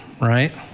right